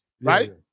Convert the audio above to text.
right